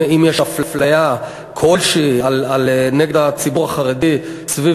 אם יש אפליה כלשהי נגד הציבור החרדי סביב